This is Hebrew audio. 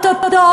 או-טו-טו,